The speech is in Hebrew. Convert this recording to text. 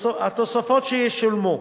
התוספות שישולמו,